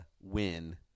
win